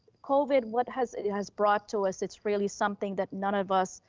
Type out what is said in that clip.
covid, what has it has brought to us? it's really something that none of us,